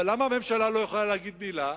אבל למה הממשלה לא יכולה להגיד מלה?